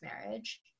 marriage